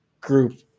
group